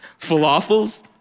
falafels